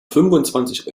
fünfundzwanzig